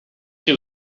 she